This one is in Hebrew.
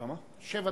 כל הכבוד, אתה כבר